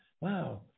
wow